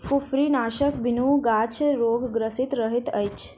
फुफरीनाशकक बिनु गाछ रोगग्रसित रहैत अछि